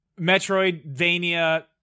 Metroidvania